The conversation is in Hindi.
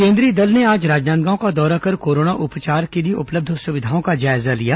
केन्द्रीय दल ने आज राजनांदगांव का दौरा कर कोरोना उपचार के लिए उपलब्य सुविघाओं का जायजा लिया